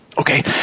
Okay